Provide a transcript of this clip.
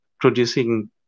Producing